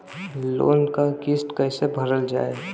Loan क किस्त कैसे भरल जाए?